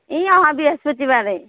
এই অহা বৃহস্পতিবাৰে